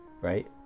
right